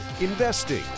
investing